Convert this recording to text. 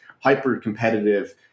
hyper-competitive